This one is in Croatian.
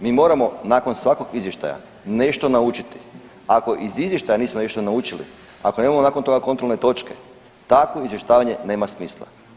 Mi moramo nakon svakog izvještaja nešto naučiti, ako iz izvještaja nismo ništa naučili, ako nemamo nakon toga kontrolne točke, takvo izvještavanje nema smisla.